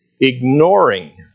ignoring